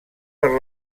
per